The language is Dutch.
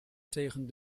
tegen